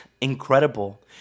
incredible